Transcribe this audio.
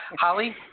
Holly